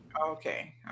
okay